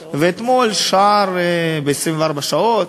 ואתמול, בשער "24 שעות",